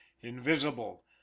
invisible